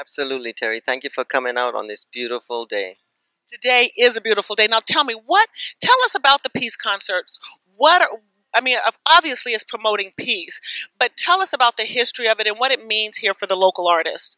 absolutely terry thank you for coming out on this beautiful day to day is a beautiful day now tell me what tell us about the peace concert what i mean obviously it's promoting peace but tell us about the history of it and what it means here for the local artist